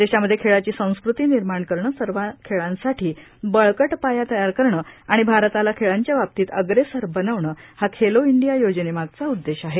देशामध्ये खेळाची संस्कृती निर्माण करणे सर्व खेळांसाठी बळकट पाया तयार करणे आणि भारताला खेळांच्या बाबतीत अग्रेसर बनवणे हा खेलो इंडिया योजनेमागचा उद्देश आहे